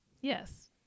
Yes